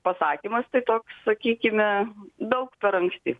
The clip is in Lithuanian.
pasakymas tai toks sakykime daug per anksti